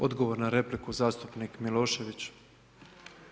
Odgovor na repliku, zastupnik Milošević.